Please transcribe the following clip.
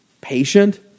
patient